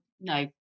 no